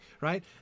right